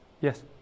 Yes